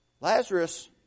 Lazarus